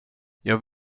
jag